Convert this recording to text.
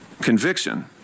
conviction